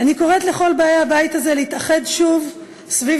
אני קוראת לכל באי הבית הזה להתאחד שוב סביב